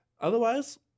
Otherwise